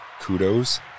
Kudos